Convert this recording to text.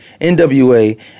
NWA